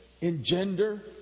engender